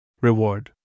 reward